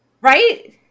Right